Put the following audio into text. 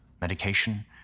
medication